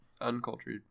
uncultured